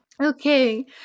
Okay